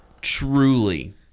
truly